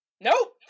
Nope